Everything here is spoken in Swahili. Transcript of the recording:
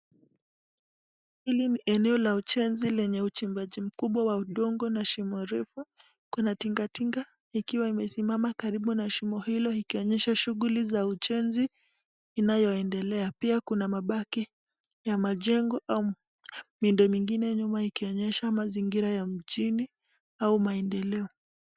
Hili ni eneo la ujenzi lenye uchimbaji mkubwa wa udongo na shimo refu kuna tingatinga ikiwa imesimama karibu na shimo hilo ikionyesha shughuli za ujenzi inayoendelea, pia kuna mabaki ya majengo au miundo mingine nyuma ikionyesha mazingira ya mjini au maendeleo.